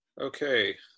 Okay